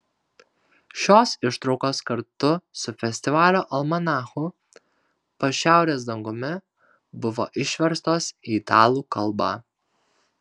šios ištraukos kartu su festivalio almanachu po šiaurės dangumi buvo išverstos į italų kalbą